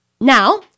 Now